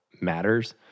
matters